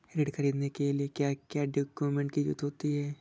ऋण ख़रीदने के लिए क्या क्या डॉक्यूमेंट की ज़रुरत होती है?